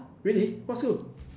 really what school